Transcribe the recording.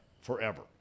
forever